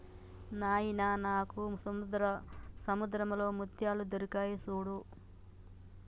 నాయిన నాకు సముద్రంలో ముత్యాలు దొరికాయి సూడు